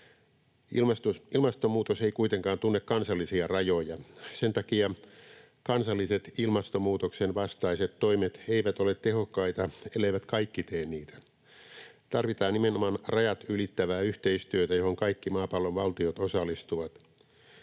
Ilmastonmuutos ei kuitenkaan tunne kansallisia rajoja. Sen takia kansalliset ilmastonmuutoksen vastaiset toimet eivät ole tehokkaita, elleivät kaikki tee niitä. Tarvitaan nimenomaan rajat ylittävää yhteistyötä, johon kaikki maapallon valtiot osallistuvat.